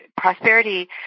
prosperity